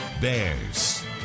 Bears